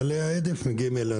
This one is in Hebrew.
גלי ההדף מגיעים אלינו.